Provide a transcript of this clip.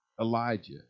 Elijah